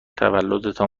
تولدتان